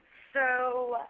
so